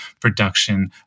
production